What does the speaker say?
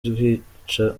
kwica